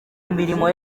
imirimo